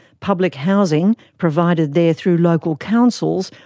public housing, provided there through local councils,